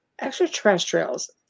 extraterrestrials